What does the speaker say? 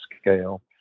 scale